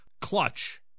clutch